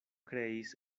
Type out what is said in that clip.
kreis